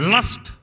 Lust